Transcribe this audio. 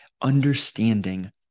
understanding